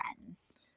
friends